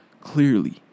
Clearly